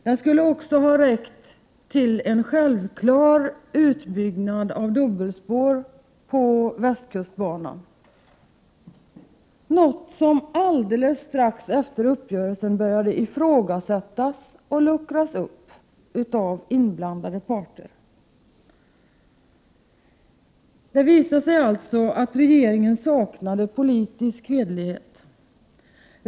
Den skulle också ha räckt till en självklar utbyggnad av dubbelspår till västkustbanan. Strax efter uppgörelsen började detta ifrågasättas och luckras upp av inblandade parter. Det visar sig alltså att regeringen saknade politisk hederlighet.